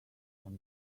can